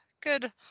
good